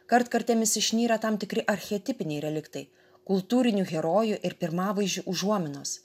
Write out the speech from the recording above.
kartkartėmis išnyra tam tikri archetipiniai reliktai kultūrinių herojų ir pirmavaizdžių užuominos